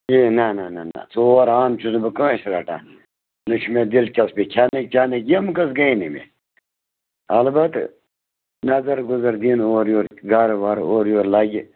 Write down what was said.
کِہیٖنٛۍ نہَ نہَ نہَ نہَ ژور آنہٕ چھُس نہٕ بہٕ کٲنٛسہِ رَٹان نہَ چھِ مےٚ دِلچسپی کھٮ۪نٕکۍ چٮ۪نٕکۍ یِم قٕصہٕ گٔے نہٕ مےٚ اَلبتہٕ نظر گُزر دِن اورٕ یورٕ گرٕ وَرٕ اورٕ یورٕ لَگہِ